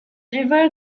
river